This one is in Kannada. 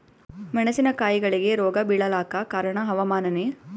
ಮೆಣಸಿನ ಕಾಯಿಗಳಿಗಿ ರೋಗ ಬಿಳಲಾಕ ಕಾರಣ ಹವಾಮಾನನೇ?